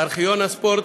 ארכיון הספורט